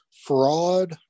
fraud